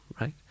right